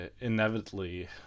inevitably